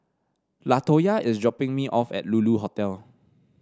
Latoyia is dropping me off at Lulu Hotel